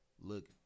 look